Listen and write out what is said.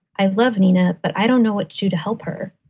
i love nina, but i don't know what to to help her.